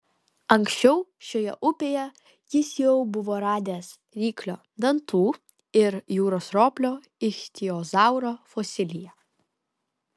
anksčiau šioje upėje jis jau buvo radęs ryklio dantų ir jūros roplio ichtiozauro fosiliją